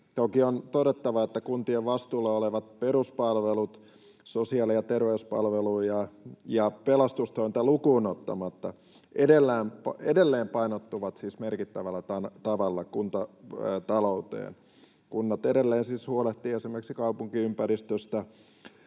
Toki on todettava, että kuntien vastuulla olevat peruspalvelut — sosiaali- ja terveyspalveluja ja pelastustointa lukuun ottamatta — edelleen painottuvat siis merkittävällä tavalla kuntatalouteen. Kunnat edelleen siis huolehtivat esimerkiksi kaupunkiympäristöstä,